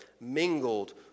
mingled